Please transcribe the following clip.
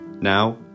Now